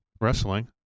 wrestling